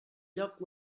lloc